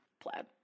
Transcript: Plaid